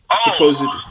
supposedly